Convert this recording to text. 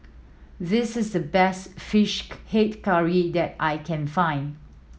this is the best Fish Head Curry that I can find